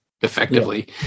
effectively